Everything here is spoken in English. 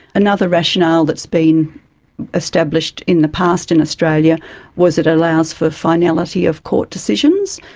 another rationale that's been established in the past in australia was it allows for finality of court decisions,